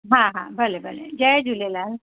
हा हा भले भले जय झूलेलाल